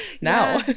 now